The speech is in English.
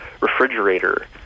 refrigerator